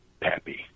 Pappy